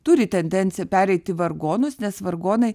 turi tendenciją pereit į vargonus nes vargonai